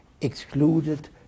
excluded